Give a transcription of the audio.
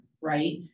right